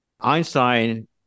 Einstein